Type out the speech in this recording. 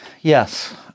Yes